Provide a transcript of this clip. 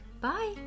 bye